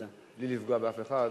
אבל בלי לפגוע באף אחד,